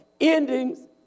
endings